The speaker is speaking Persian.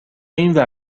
اینور